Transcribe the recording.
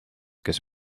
kes